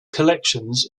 collections